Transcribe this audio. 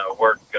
work